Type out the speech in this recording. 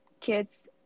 kids